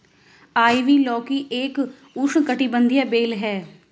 ivy लौकी एक उष्णकटिबंधीय बेल है